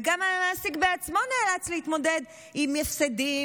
וגם המעסיק עצמו נאלץ להתמודד עם הפסדים